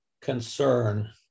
concern